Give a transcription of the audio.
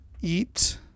eat